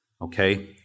Okay